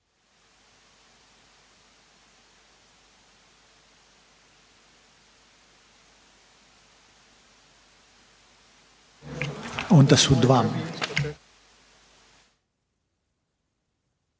onda su u